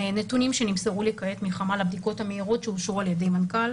נתונים שנמסרו לי כעת מחמ"ל הבדיקות המהירות שאושרו על ידי המנכ"ל.